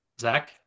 Zach